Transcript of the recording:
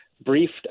briefed